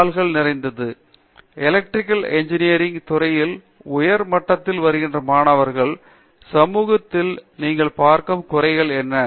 பேராசிரியர் Pratap Haridas electrical engineering துறையில் உயர்நிலைப் பட்டத்திற்கு வருகிற மாணவர் சமூகத்தில் நீங்கள் பார்க்கும் குறைகள் என்ன